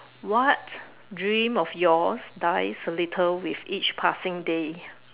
what dream of yours dies later with each passing day